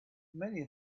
many